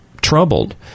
troubled